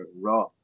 raw